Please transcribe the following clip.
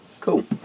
Cool